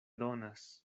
donas